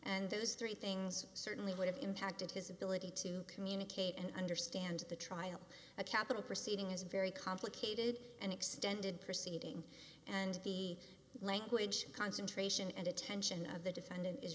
and those three things certainly would have impacted his ability to communicate and understand the trial a capital proceeding is a very complicated and extended proceeding and the language concentration and attention of the defendant is